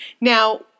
Now